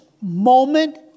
moment